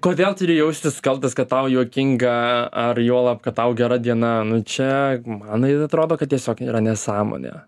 kodėl turi jaustis kaltas kad tau juokinga ar juolab kad tau gera diena nu čia man jin atrodo kad tiesiog yra nesąmonė